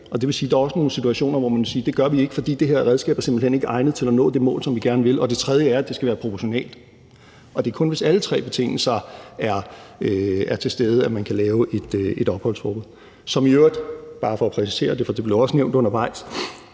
det vil sige, at der også er nogle situationer, hvor man vil sige, at det gør vi ikke, fordi det her redskab simpelt hen ikke er egnet til at nå det mål, som vi gerne vil. Det tredje er, at det skal være proportionalt. Det er kun, hvis alle tre betingelser er til stede, at man kan lave et opholdsforbud, som i øvrigt - det er bare for at præcisere det, for det blev også nævnt undervejs